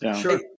sure